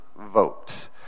vote